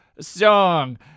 song